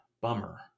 bummer